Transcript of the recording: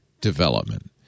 development